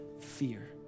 fear